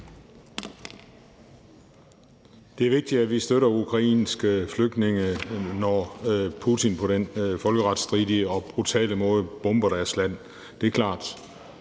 Det er vigtigt, at vi støtter de ukrainske flygtninge, når Putin på den folkeretsstridige og brutale måde bomber deres land. Det er klart.